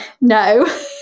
no